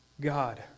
God